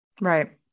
right